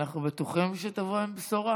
ואנחנו בטוחים שתבוא עם בשורה